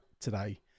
today